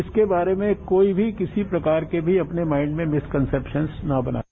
इसके बारे में कोई भी किसी प्रकार के अपने माइंड में मिसकंसेप्शंस न बनाएं